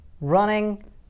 Running